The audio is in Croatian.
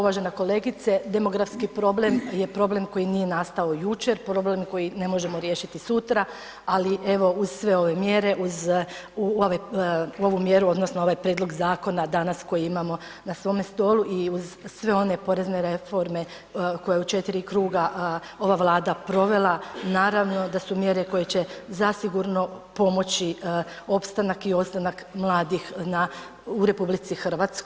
Da uvažena kolegice, demografski problem je problem koji nije nastao jučer, problem koji ne možemo riješiti sutra, ali evo uz sve ove mjere, uz ovu mjeru odnosno ovaj prijedlog zakona danas koji imamo na svome stolu i uz sve one porezne reforme koje je u četiri kruga ova Vlada provela naravno da su mjere koje će zasigurno pomoći opstanak i ostanak mladih u RH.